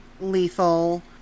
lethal